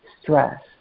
stress